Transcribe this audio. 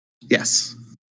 Yes